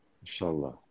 Inshallah